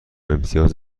امتیاز